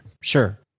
Sure